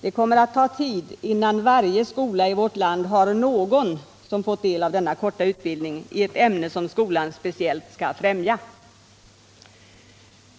Det kommer att ta tid innan varje skola i vårt land har någon som fått del av denna korta utbildning i ett ämne som skolan speciellt skall främja.